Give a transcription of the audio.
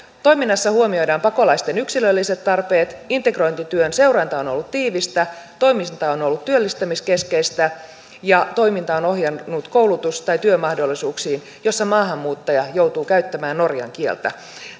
toiminnassa huomioidaan pakolaisten yksilölliset tarpeet integrointityön seuranta on ollut tiivistä toiminta on ollut työllistämiskeskeistä ja toiminta on ohjannut koulutus tai työmahdollisuuksiin joissa maahanmuuttaja joutuu käyttämään norjan kieltä